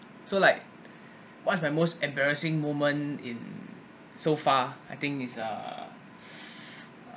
so like what's my most embarrassing moment in so far I think is a